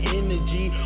energy